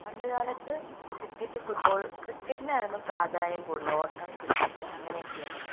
പണ്ടുകാലത്ത് cricket football ക്രിക്കറ്റിനായിരുന്നു പ്രാധാന്യം കൂടുതൽ ഓട്ടം ക്രിക്കറ്റ് അങ്ങനെയൊക്കെയായിരുന്നു